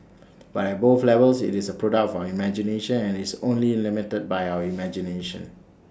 but at both levels IT is A product of our imagination and IT is only limited by our imagination